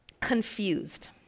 confused